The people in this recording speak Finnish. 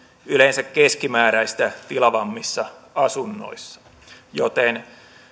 yleensä keskimääräistä tilavammissa asunnoissa joten